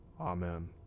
Amen